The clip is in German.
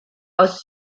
aus